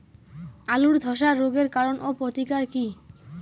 আলুর ধসা রোগের কারণ ও প্রতিকার কি?